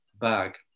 bag